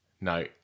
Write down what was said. No